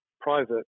private